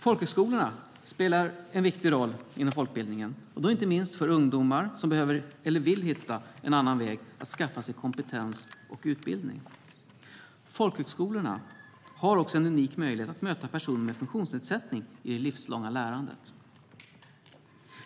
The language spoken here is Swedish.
Folkhögskolorna spelar en viktig roll inom folkbildningen, inte minst för ungdomar som behöver eller vill hitta en annan väg att skaffa sig kompetens och utbildning. Folkhögskolorna har också en unik möjlighet att möta personer med funktionsnedsättning i det livslånga lärandet.